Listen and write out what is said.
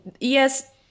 yes